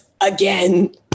again